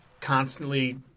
constantly